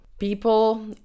People